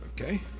Okay